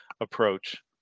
approach